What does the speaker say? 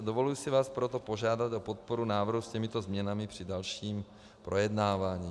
Dovoluji si vás proto požádat o podporu návrhu s těmito změnami při dalším projednávání.